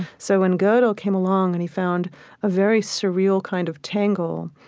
so when godel came along and he found a very surreal kind of tangle,